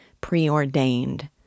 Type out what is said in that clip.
preordained